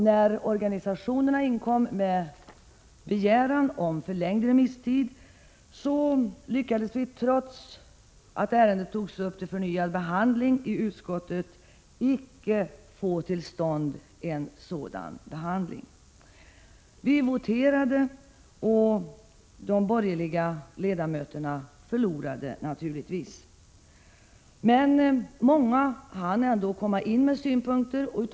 När organisationerna inkom med begäran om en förlängning av remisstiden lyckades vi icke, trots att ärendet togs upp till förnyad behandling i utskottet, få till stånd en sådan. Vi voterade, och de borgerliga ledamöterna förlorade naturligtvis. Många organisationer hann emellertid inkomma med synpunkter.